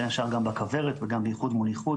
בין השאר גם בכוורת וגם באיחוד מול ייחוד,